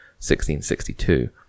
1662